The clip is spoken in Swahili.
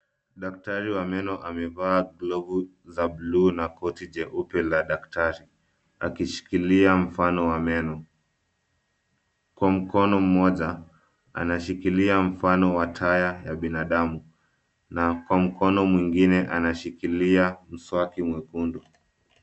Daktari wa meno amevaa glovu za buluu na koti jeupe la daktari, akishikilia mfano wa meno. Kwa mkono mmoja anashikilia mfano wa taya ya binadamu na kwa mkono mwingine anashikilia mswaki mwekundu.